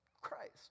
Christ